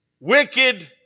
wicked